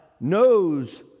knows